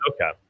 Okay